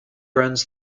runs